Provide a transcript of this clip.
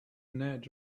ned